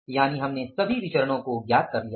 यानि हमने सभी विचरणो को ज्ञात कर लिया है